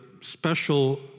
special